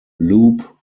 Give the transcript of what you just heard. loup